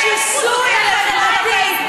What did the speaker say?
השיסוי החברתי,